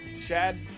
Chad